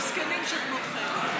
מסכנים שכמותכם.